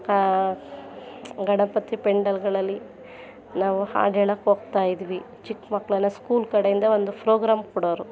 ಕ ಗಣಪತಿ ಪೆಂಡಲ್ಗಳಲ್ಲಿ ನಾವು ಹಾಡು ಹೇಳೋಕೆ ಹೋಗ್ತಾಯಿದ್ವಿ ಚಿಕ್ಕಮಕ್ಳೆಲ್ಲ ಸ್ಕೂಲ್ ಕಡೆಯಿಂದ ಒಂದು ಫ್ರೋಗ್ರಾಮ್ ಕೊಡೋರು